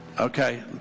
okay